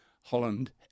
Holland